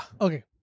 Okay